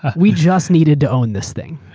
we just needed to own this thing.